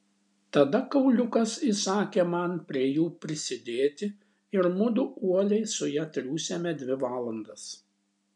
tada kauliukas įsakė man prie jų prisidėti ir mudu uoliai su ja triūsėme dvi valandas